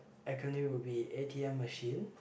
acronym will be a_t_m machine